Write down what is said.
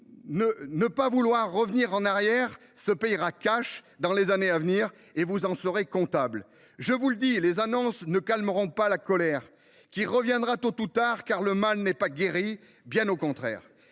Ne pas vouloir revenir en arrière se paiera dans les années à venir. Vous en serez comptable ! Je vous le dis, les annonces ne calmeront pas la colère, qui reviendra tôt ou tard. Le mal n’est pas guéri, bien au contraire